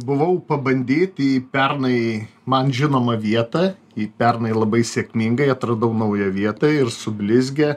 buvau pabandyt į pernai man žinomą vietą į pernai labai sėkmingai atradau naują vietą ir su blizge